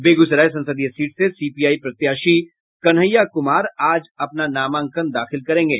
बेगूसराय संसदीय सीट से सीपीआई प्रत्याशी कन्हैया क्मार आज अपना नामांकन दाखिल करेंगे